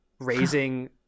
raising